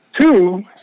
Two